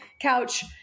couch